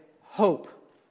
hope